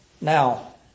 Now